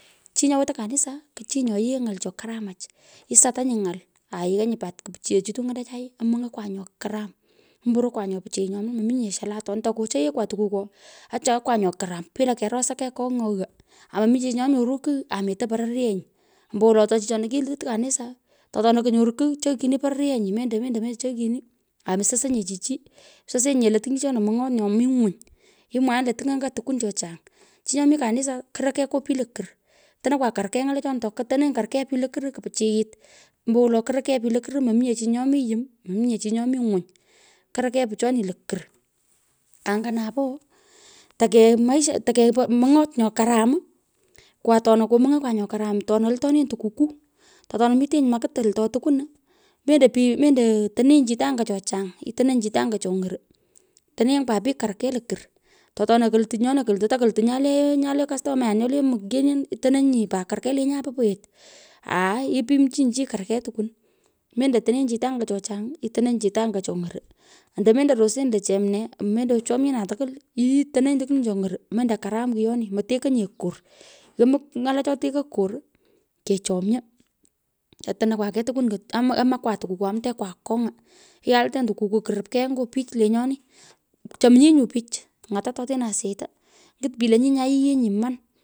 Chi nyo wetoi kanisa ko chi nyo yighoi ng'al the karamach, isatany, ny’al, onenyi pat kupicheyechitu ng’alechai amony’okwa nyo karam, omborokwa nyo pichiy nyoman: mominye shulu otoni tokocheghekwa tunukwo achaghakwa nyo karam bila kerosa kei, kong nyo ghaa. aa momi chi nyo nyoru kigh ametoo pororyenyi, ombowolo ato chichona kilut kanisa, to atona konyoro kigh, cheghchin, pororyenyi, mendo, mendo pchaghchini, amososonye chi chi, mesosonye lo tung chichona mang’oy nyo mii nywony, 'mwaanyi. lo tony anga tukwon cho chany chi nyo. Kanisa. Koroikei nyo pich lokur otonokwa kurkei ny’alechoni to teno kar kei pich lokur kupichiyit ombowolo kario kei pich lokur, mominye che nyomi yom mominye chi nyomi ngwony. korokei pichono lukor, angu napoo maisha, tokei mong’ot nyo karam ku atona komony'okwa nyo karam tonu oltonenyi tukukuu, to atonu miteny makit altonei, mendo tenenyi chitanya cho chany itononyi chitanya cho ny'oro, tereny pat pich kar kei lokur to atona koluto nyonu kolutu ata kolutu nya lee nya lee customer nyo le mkenion itononyi pat kar kei lenyue po poghet aai ipimchinyi chi kar kei tukwun, mendo tonenyi chitanya cho chang itononyi, chitunga cho ng’oru ando mendo rosenyi lo chemnee mendo ochamienan tukwul, itononyi tukwon cho ny’oru mendo karam kiyoni, motekei nye kor. Yomoi ny’ala cho tekoi kor kechomyo, atonokwaa kei tukwon, amaakwa tukukwo amtekwa akong’a. lyaltenyi, tukukuu kurup kei nyo pich lenyoni chominnyi nyu pich ng’ata to tene asyechta ngut pich lo nyi nya yienyi, man.